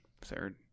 Third